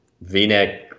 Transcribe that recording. v-neck